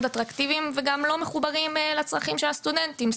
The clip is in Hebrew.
אטרקטיביים ובמקומות שלא מחוברים גם לצרכים של הסטודנטים,